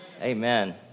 amen